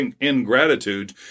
ingratitude